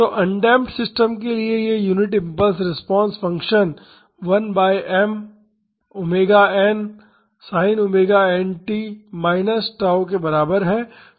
तो undamped system के लिए यह unit impulse response function 1 by m omega n sine omega n t minus tau के बराबर है